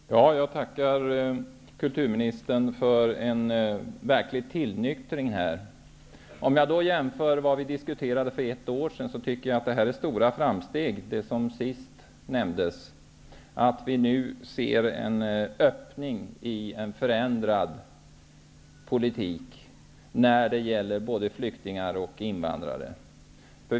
Herr talman! Jag tackar kulturministern för att hon visat en verklig tillnyktring. Om jag jämför med vad vi diskuterade för ett år sedan tycker jag att det som sist nämndes visar på stora framsteg. Vi ser nu en öppning i en förändrad politik både när det gäller flyktingar och invandrare.